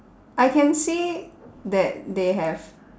I can see that they have